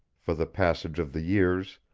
for the passage of the years,